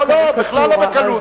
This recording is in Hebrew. לא, לא, בכלל לא בקלות.